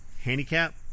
handicap